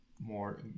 more